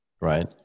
right